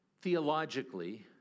theologically